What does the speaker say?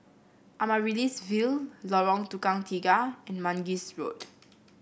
Amaryllis Ville Lorong Tukang Tiga and Mangis Road